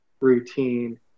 routine